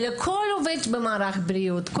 אלא כל עובד במערך הבריאות,